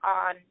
on